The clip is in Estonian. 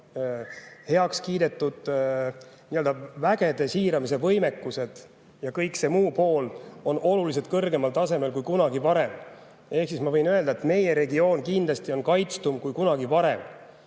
kaitseplaanid, vägede siirdamise võimekus ja kõik muu on oluliselt kõrgemal tasemel kui kunagi varem. Ehk siis ma võin öelda, et meie regioon kindlasti on kaitstum kui kunagi varem.